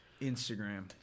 Instagram